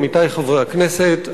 רבותי חברי הכנסת,